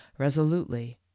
resolutely